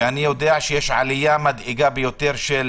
ואני יודע שיש עלייה מדאיגה ביותר של